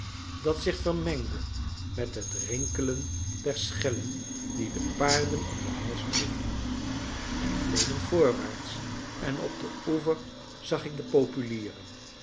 dat zich vermengde met het rinkelen der schellen die de paarden om den hals droegen wij gleden voorwaarts en op den oever zag ik de populieren